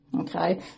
Okay